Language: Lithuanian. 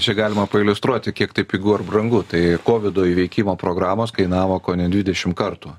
čia galima pailiustruoti kiek tai pigu ar brangu tai kovido įveikimo programos kainavo kone dvidešimt kartų